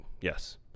Yes